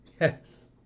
yes